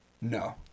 No